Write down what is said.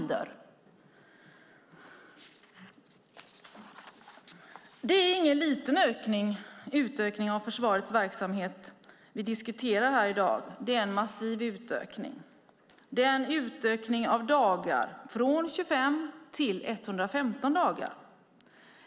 Det är ingen liten utökning av försvarets verksamhet vi diskuterar i dag. Det är en massiv utökning. Det är en utökning av dagar, från 25 till 115 dagar.